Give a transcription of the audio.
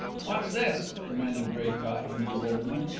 what's this? demanded draycott, in bewilderment.